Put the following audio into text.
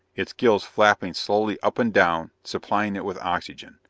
its gills flapping slowly up and down supplying it with oxygen.